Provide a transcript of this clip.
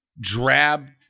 drab